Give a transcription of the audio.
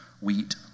wheat